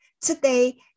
Today